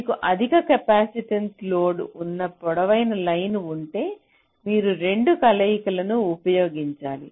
మీకు అధిక capacitance load ఉన్న పొడవైన లైన్ ఉంటే మీరు 2 కలయికను ఉపయోగించాలి